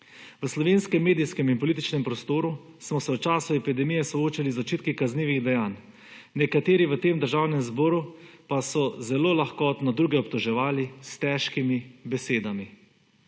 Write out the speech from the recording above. V slovenskem medijskem in političnem prostoru smo se v času epidemije soočali z očitki kaznivih dejanj. Nekateri v tem državnem zboru pa so zelo lahkotno druge obtoževali s težkimi besedami.